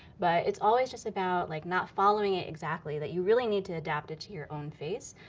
but it's always just about, like not following it exactly, that you really need to adapt it to your own face.